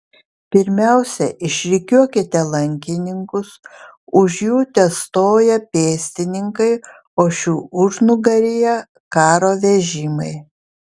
pirmiausia išrikiuokite lankininkus už jų testoja pėstininkai o šių užnugaryje karo vežimai